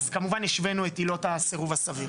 אז כמובן השוונו את עילות הסירוב הסביר.